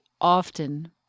often